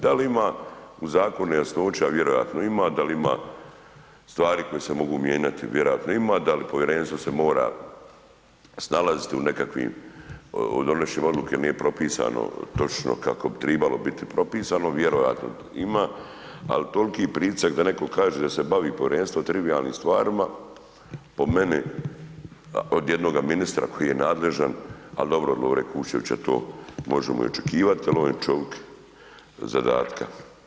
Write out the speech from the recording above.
Da li ima u zakonu nejasnoća, vjerojatno ima, da li ima stvari koje se mogu mijenjati, vjerojatno ima, da li povjerenstvo se mora snalaziti u nekakvim donošenjem odluke nije propisano točno kako bi tribalo biti propisano, vjerojatno ima, al tolki pritisak da netko kaže da se bavi povjerenstvo trivijalnim stvarima po meni od jednoga ministra, koji je nadležan, ali dobro od Lovre Kuščevića to možemo i očekivat jer on je čovik od zadatka.